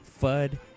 Fud